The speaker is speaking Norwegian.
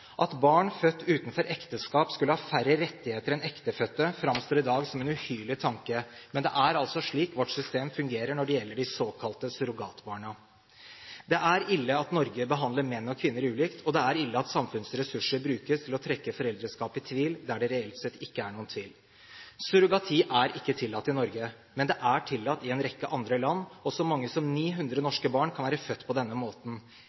uekte barn. At barn født utenfor ekteskap skulle ha færre rettigheter enn ektefødte, framstår i dag som en uhyrlig tanke. Men det er altså slik vårt system fungerer når det gjelder de såkalte surrogatbarna. Det er ille at Norge behandler menn og kvinner ulikt, og det er ille at samfunnets ressurser brukes til å trekke foreldreskap i tvil – der det reelt sett ikke er noen tvil. Surrogati er ikke tillatt i Norge. Men det er tillatt i en rekke andre land, og så mange som 900 norske barn kan være født på denne måten.